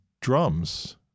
drums